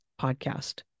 podcast